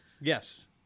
Yes